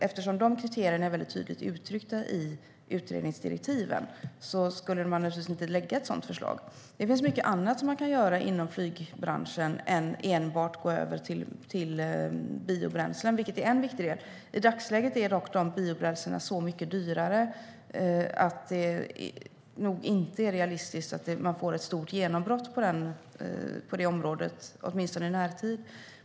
Eftersom de kriterierna är tydligt uttryckta i utredningsdirektiven skulle man naturligtvis inte lägga fram ett sådant förslag. Det finns mycket annat man kan göra inom flygbranschen än enbart att gå över till biobränslen. Biobränslena är en viktig del, men i dagsläget är de så mycket dyrare att det nog inte är realistiskt att tro på ett stort genombrott på det området, åtminstone inte i närtid.